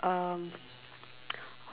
um